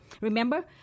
remember